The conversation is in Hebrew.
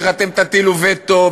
אתם תטילו וטו,